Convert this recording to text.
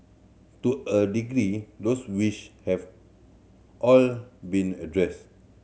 to a degree those wish have all been addressed